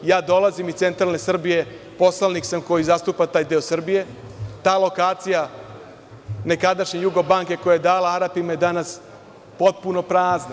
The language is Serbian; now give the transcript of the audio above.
Dolazim iz centralne Srbije, poslanik sam koji zastupa taj deo Srbije, ta lokacija nekadašnje „Jugobanke“ koja je dala Arapima je danas potpuno prazna.